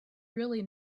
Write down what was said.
really